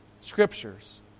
scriptures